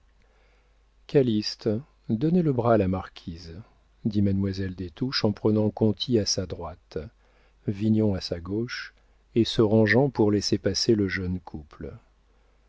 calyste donnez le bras à la marquise dit mademoiselle des touches en prenant conti à sa droite vignon à sa gauche et se rangeant pour laisser passer le jeune couple